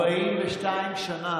42 שנה.